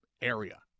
area